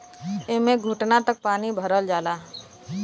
एम्मे घुटना तक पानी भरल जाला